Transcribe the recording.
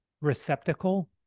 receptacle